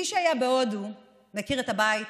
מי שהיה בהודו מכיר את הבית